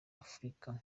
afurika